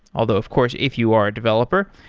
although of course if you are a developer,